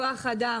כוח אדם,